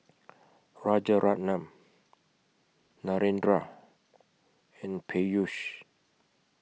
Rajaratnam Narendra and Peyush